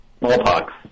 Smallpox